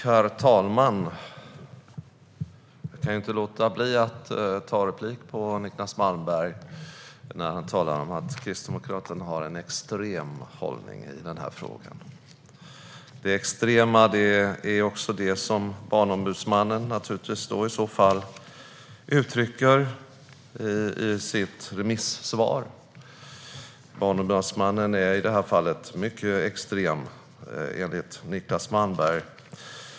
Herr talman! Jag kan inte låta bli att ta replik på Niclas Malmberg när han säger att Kristdemokraterna har en extrem hållning i den här frågan. Det extrema är i så fall också det som Barnombudsmannen uttrycker i sitt remissvar. Barnombudsmannen är i det här fallet mycket extrem, enligt Niclas Malmberg.